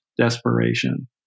desperation